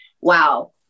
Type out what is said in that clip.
wow